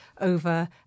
over